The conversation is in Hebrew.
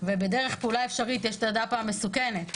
ובדרך פעולה אפשרית יש את הדפא המסוכנת,